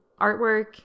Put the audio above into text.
artwork